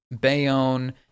Bayonne